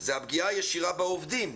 זה הפגיעה הישירה בעובדים,